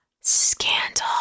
scandal